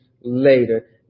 later